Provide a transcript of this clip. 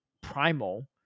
Primal